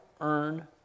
earn